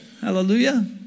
Hallelujah